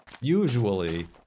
usually